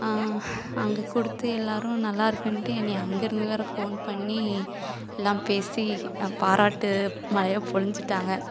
அங்கே கொடுத்து எல்லோரும் நல்லா இருக்குன்ட்டு என்னைய அங்கேருந்து வேற ஃபோன் பண்ணி எல்லாம் பேசி பாராட்டு மழையாக பொழிஞ்சிட்டாங்க